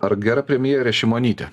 ar gera premjerė šimonytė